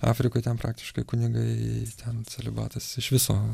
afrikoj ten praktiškai kunigai ten celibatas iš viso